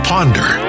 Ponder